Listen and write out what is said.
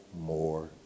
more